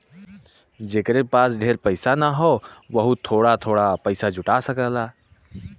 जेकरे पास ढेर पइसा ना हौ वोहू थोड़ा थोड़ा पइसा जुटा सकेला